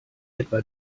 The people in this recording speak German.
etwa